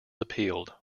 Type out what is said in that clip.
appealed